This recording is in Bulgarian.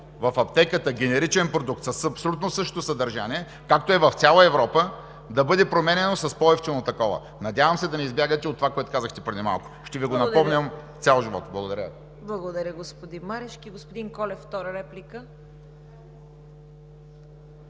в аптеката генеричен продукт с абсолютно същото съдържание, както е в цяла Европа, да бъде променяно с по-евтино такова. Надявам се да не избягате от това, което казахте преди малко. Ще Ви го напомням цял живот! Благодаря Ви. ПРЕДСЕДАТЕЛ ЦВЕТА КАРАЯНЧЕВА: Благодаря, господин Марешки. Господин Колев – втора реплика.